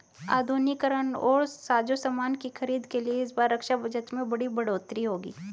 आधुनिकीकरण और साजोसामान की खरीद के लिए इस बार रक्षा बजट में बड़ी बढ़ोतरी होगी